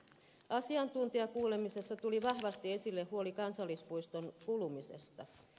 asiantuntijakuulemisessa tuli vahvasti esille huoli kansallispuiston kulumisesta